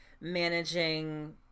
managing